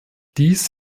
dies